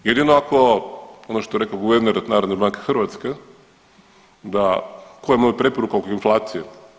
Jedino ako, ono što je rekao guverner Narodne banke Hrvatske da, koja mu je preporuka oko inflacije.